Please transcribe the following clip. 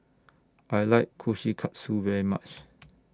I like Kushikatsu very much